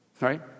Right